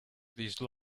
these